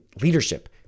leadership